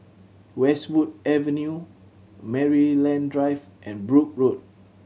Westwood Avenue Maryland Drive and Brooke Road